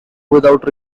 without